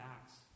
Acts